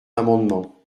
amendement